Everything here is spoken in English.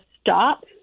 stop